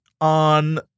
on